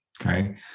Okay